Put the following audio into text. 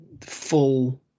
full